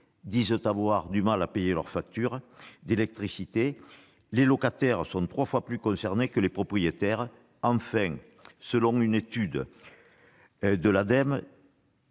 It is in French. disent avoir du mal à payer leur facture d'électricité ; les locataires sont trois fois plus concernés que les propriétaires. Enfin, selon une étude de l'Ademe,